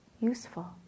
useful